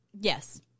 yes